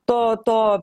to to